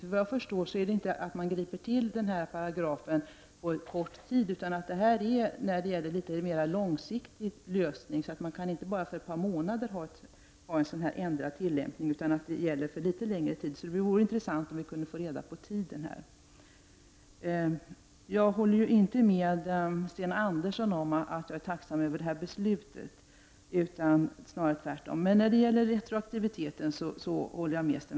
Såvitt jag förstår tillgriper regeringen nämligen inte denna paragraf på kort sikt, utan denna lösning är tänkt att gälla litet mer långsiktigt. Denna tillämpning kommer alltså inte att gälla under bara några månader utan för litet längre tid. Det vore därför intressant om vi kunde få reda på vilken tidsfaktor som gäller. Jag håller inte med Sten Andersson i Malmö när han säger att han är tacksam över detta beslut. Jag tycker snarare tvärtom. Men när det gäller retroaktiviteten håller jag med honom.